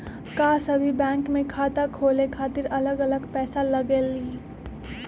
का सभी बैंक में खाता खोले खातीर अलग अलग पैसा लगेलि?